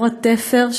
דור התפר,